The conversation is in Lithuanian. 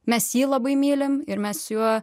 mes jį labai mylim ir mes su juo